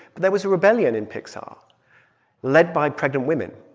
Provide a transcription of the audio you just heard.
but there was a rebellion in pixar led by pregnant women